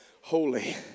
holy